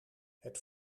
het